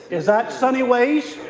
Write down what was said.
is that sunny ways?